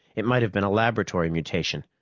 it might have been a laboratory mutation,